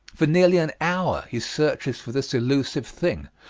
for nearly an hour he searches for this elusive thing,